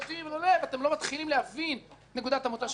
ואתם לא מתחילים להבין את נקודת המוצא שלנו,